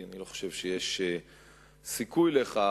כי אני לא חושב שיש סיכוי לכך.